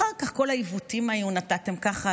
אחר כך היו כל העיוותים: נתתם ככה,